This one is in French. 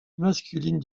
masculines